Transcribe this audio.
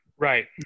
Right